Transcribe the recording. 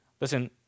Listen